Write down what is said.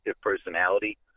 personality